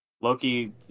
Loki